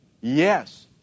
Yes